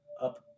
up